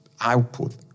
output